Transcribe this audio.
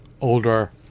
older